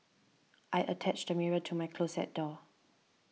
I attached the mirror to my closet door